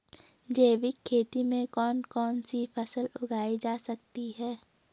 जैविक खेती में कौन कौन सी फसल उगाई जा सकती है?